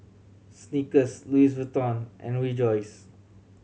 Snickers Louis Vuitton and Rejoice